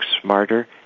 smarter